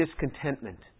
discontentment